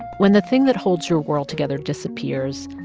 when the thing that holds your world together disappears,